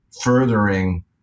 furthering